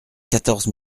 quatorze